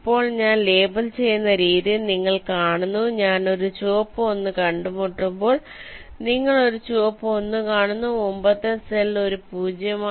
ഇപ്പോൾ ഞാൻ ലേബൽ ചെയ്യുന്ന രീതി നിങ്ങൾ കാണുന്നു ഞാൻ ഒരു ചുവപ്പ് 1 കണ്ടുമുട്ടുമ്പോൾ നിങ്ങൾ ഒരു ചുവപ്പ് 1 കാണുന്നു മുമ്പത്തെ സെൽ ഒരു 0